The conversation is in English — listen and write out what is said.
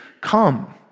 come